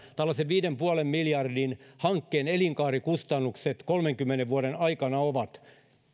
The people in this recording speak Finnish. tällaisen viiden pilkku viiden miljardin hankkeen elinkaarikustannukset kolmenkymmenen vuoden aikana ovat